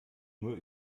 nur